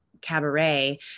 cabaret